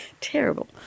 Terrible